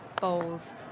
bowls